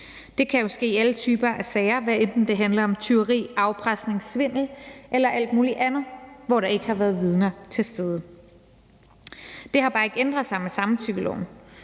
det kan jo ske i alle typer af sager, hvad enten det handler om tyveri, afpresning, svindel eller alt mulig andet, hvor der ikke har været vidner til stede. Kl. 17:25 Det har bare ikke ændret sig med samtykkeloven.